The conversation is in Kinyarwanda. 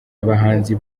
abahanzi